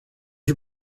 you